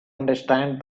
understand